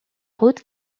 route